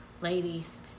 ladies